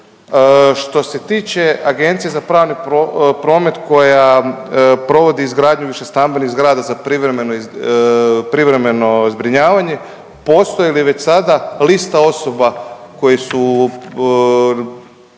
Što se tiče Agencije za pravni promet koja provodi izgradnju višestambenih zgrada za privremeno zbrinjavanje, postoje li već sada lista osoba koje su